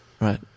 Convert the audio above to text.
right